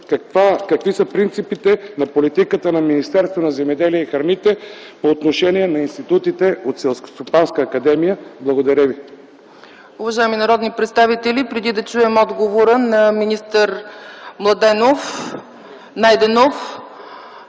какви са принципите на политиката на Министерството на земеделието и храните по отношение на институтите от Селскостопанска академия. Благодаря ви.